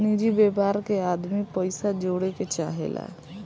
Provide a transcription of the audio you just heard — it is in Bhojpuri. निजि व्यापार मे आदमी पइसा जोड़े के चाहेला